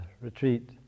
retreat